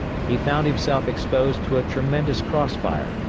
he found himself exposed to a tremendous cross fire,